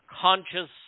conscious